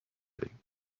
داریم